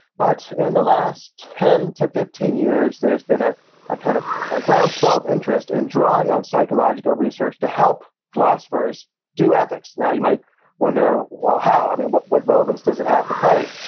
but, in the last ten to fifteen years, there's been ah a kind of ah ground spell of interest in drawing on psychological research to help philosophers do ethics now, you might wonder, well, how? i mean, what what relevance does it have to play?